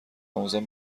آموزان